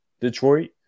Detroit